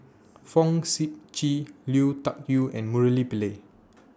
Fong Sip Chee Lui Tuck Yew and Murali Pillai